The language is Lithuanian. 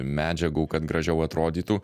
medžiagų kad gražiau atrodytų